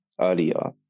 earlier